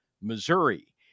Missouri